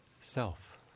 self